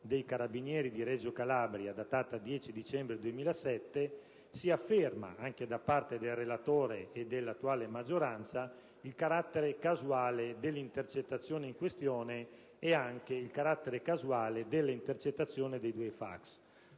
dei carabinieri di Reggio Calabria datata 10 dicembre 2007) si afferma, anche da parte del relatore e dell'attuale maggioranza, il carattere casuale dell'intercettazione in questione, nonchè di quelle relative ai due fax.